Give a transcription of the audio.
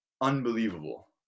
unbelievable